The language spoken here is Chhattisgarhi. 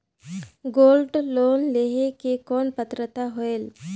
गोल्ड लोन लेहे के कौन पात्रता होएल?